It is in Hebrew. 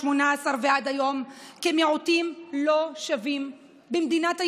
ועד היום כמיעוטים לא שווים במדינת היהודים.